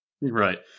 Right